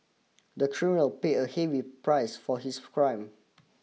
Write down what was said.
the criminal paid a heavy price for his crime